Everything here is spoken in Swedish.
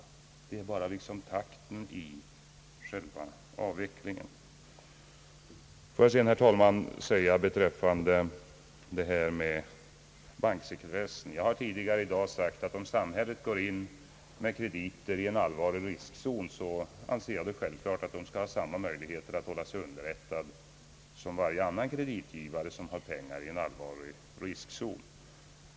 Det var bara takten i själva avvecklingen som kunde diskuteras. Jag vill sedan, herr talman, säga några ord beträffande banksekretessen. Jag har tidigare framhållit, att om samhället går in med krediter i en allvarlig riskzon, anser jag det vara självklart att samhället skall ha samma möjligheter att hålla sig underrättad som varje annan kreditgivare, som har placerat pengar i en allvarlig riskzon.